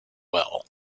well